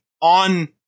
on